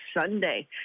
Sunday